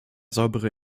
saubere